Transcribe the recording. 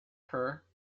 her